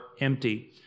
empty